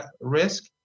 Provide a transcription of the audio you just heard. risk